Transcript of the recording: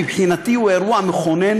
מבחינתי הוא אירוע מכונן,